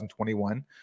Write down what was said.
2021